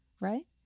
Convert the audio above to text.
right